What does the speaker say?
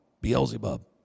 Beelzebub